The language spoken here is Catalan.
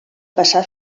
passar